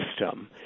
system